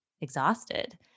exhausted